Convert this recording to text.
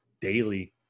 daily